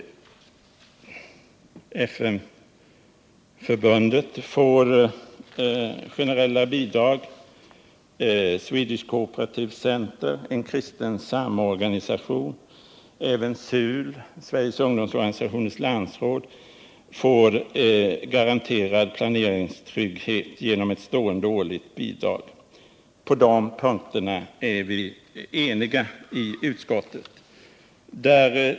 Svenska FN-förbundet får generellt bidrag, även Swedish Cooperative Centre och en planerad kristen samorganisation. SUL, dvs. Sveriges Ungdomsorganisationers Landsråd, får garanterad planeringstrygghet genom ett stående årligt bidrag. Vad beträffar dessa organisationer är vi eniga i utskottet.